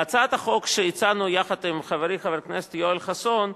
בהצעת החוק שהצענו יחד עם חברי חבר הכנסת יואל חסון,